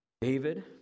David